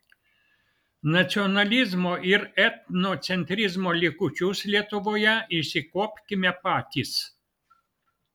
nacionalizmo ir etnocentrizmo likučius lietuvoje išsikuopkime patys